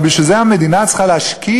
אבל בשביל זה המדינה צריכה להשקיע,